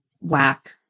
whack